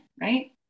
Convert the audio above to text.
Right